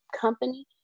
company